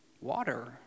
water